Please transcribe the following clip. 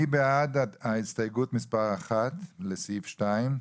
מי בעד ההסתייגות מספר 1 לסעיף 2?